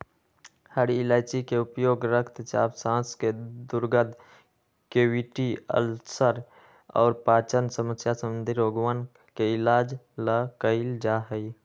हरी इलायची के उपयोग रक्तचाप, सांस के दुर्गंध, कैविटी, अल्सर और पाचन समस्या संबंधी रोगवन के इलाज ला कइल जा हई